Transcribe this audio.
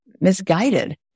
misguided